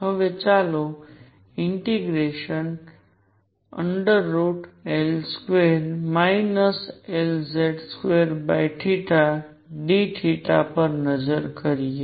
હવે ચાલો આપણે ∫L2 Lz2 dθ પર નજર કરીએ